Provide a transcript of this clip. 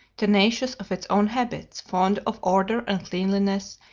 tenacious of its own habits, fond of order and cleanliness,